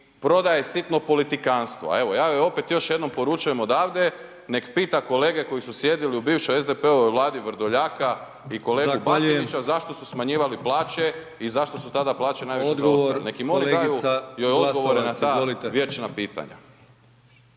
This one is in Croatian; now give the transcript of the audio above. prodaje sitno politikantstvo. Evo, ja joj opet još jednom poručujem odavde nek pita kolege koji su sjedili u bivšoj SDP-ovoj vladi Vrdoljaka i kolegu Batinića …/Upadica: Zahvaljujem./… zašto su smanjivali plaće i zašto su tada plaće najviše zaostale? Neki im oni daju, joj odgovore na ta vječna pitanja.